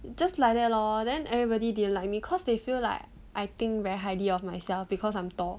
just like that lor then everybody didn't like me cause they feel like I think very highly of myself because I'm tall